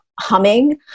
humming